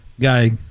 guy